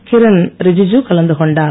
கிரண் ரிஜுஜு கலந்து கொண்டார்